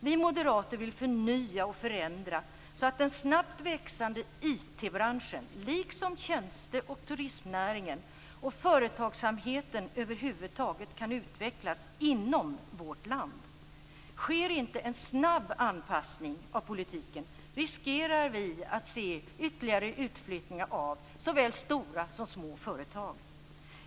Vi moderater vill förnya och förändra så att den snabbt växande IT branschen liksom tjänste och turistnäringen och företagsamheten över huvud taget kan utvecklas inom vårt land. Sker inte en snabb anpassning av politiken riskerar vi att se ytterligare utflyttning av såväl stora som små företag.